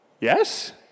Yes